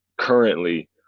currently